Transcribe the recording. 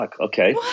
okay